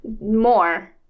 more